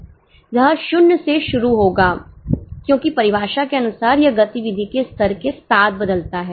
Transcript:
यह 0 से शुरू होगा क्योंकि परिभाषा के अनुसार यह गतिविधि के स्तर के साथ बदलता है